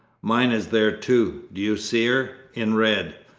mine is there too. do you see her? in red.